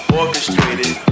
orchestrated